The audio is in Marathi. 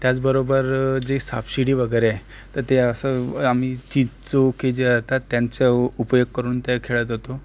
त्याचबरोबर जी सापशिडी वगैरे आहे तर ते असं आम्ही चिंचोके जे राहतात त्यांचा उ उपयोग करून ते खेळत होतो